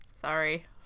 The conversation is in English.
Sorry